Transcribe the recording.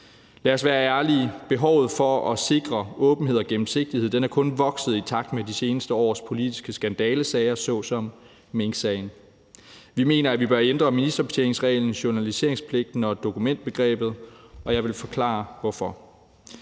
Lad os være ærlige. Behovet for at sikre åbenhed og gennemsigtighed er kun vokset i takt med de seneste år politiske skandalesager såsom minksagen. Vi mener, at vi bør ændre ministerbetjeningsreglen, journaliseringspligten og dokumentbegrebet, og jeg vil forklare hvorfor.